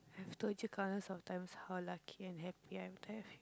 have told you countless of times how lucky and happy I'm tired of you